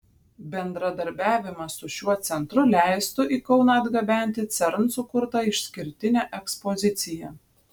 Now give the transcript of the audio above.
bendradarbiavimas su šiuo centru leistų į kauną atgabenti cern sukurtą išskirtinę ekspoziciją